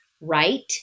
right